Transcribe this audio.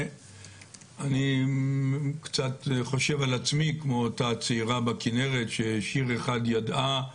אני קצת חושב על עצמי כמו אותה צעירה בכנרת ששיר אחד ידעה.